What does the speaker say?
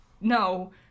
no